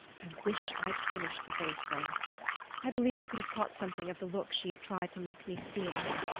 i wish i'd finished the face then i believe i could have caught something of the look she had tried to make me see in him.